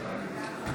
אינה נוכחת